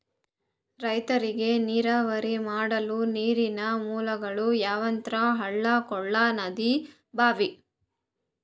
ರೈತರಿಗ್ ನೀರಾವರಿ ಮಾಡ್ಲಕ್ಕ ನೀರಿನ್ ಮೂಲಗೊಳ್ ಯಾವಂದ್ರ ಹಳ್ಳ ಕೊಳ್ಳ ನದಿ ಭಾಂವಿ